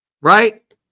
right